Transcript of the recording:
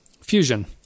Fusion